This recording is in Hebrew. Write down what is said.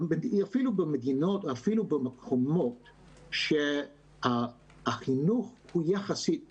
אפילו במקומות שהחינוך הוא יחסית זול,